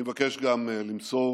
אני מבקש גם למסור